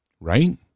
Right